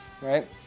right